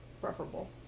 preferable